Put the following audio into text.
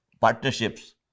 partnerships